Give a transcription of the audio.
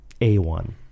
A1